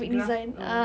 graph~ oh